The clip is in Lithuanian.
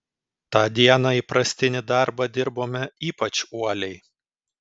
tą dieną įprastinį darbą dirbome ypač uoliai